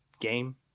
game